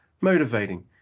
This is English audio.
Motivating